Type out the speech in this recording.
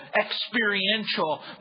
experiential